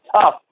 tough